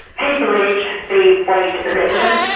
he believed the weight of evidence,